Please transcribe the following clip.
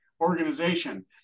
organization